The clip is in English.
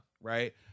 right